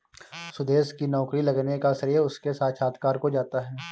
सुदेश की नौकरी लगने का श्रेय उसके साक्षात्कार को जाता है